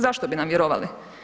Zašto bi nam vjerovali?